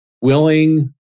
willing